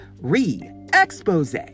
re-expose